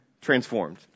transformed